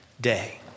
day